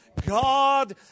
God